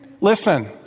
Listen